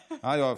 כהן.